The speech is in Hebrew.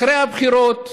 אחרי הבחירות,